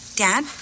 dad